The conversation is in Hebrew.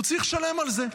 הוא צריך לשלם על זה.